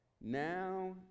now